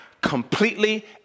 completely